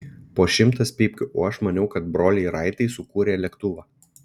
po šimtas pypkių o aš maniau kad broliai raitai sukūrė lėktuvą